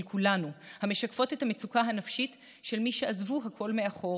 כולנו ומשקפות את המצוקה הנפשית של מי שעזבו הכול מאחור